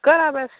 कर अभ्यास